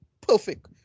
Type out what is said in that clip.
perfect